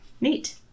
Neat